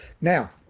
Now